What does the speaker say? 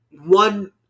One